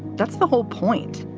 that's the whole point.